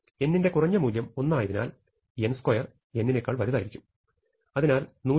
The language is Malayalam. n ന്റെ കുറഞ്ഞ മൂല്യം 1 ആയതിനാൽ n2 n നേക്കാൾ വലുതായിരിക്കും